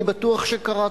אני בטוח שקראת.